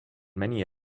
many